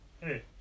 hey